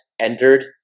entered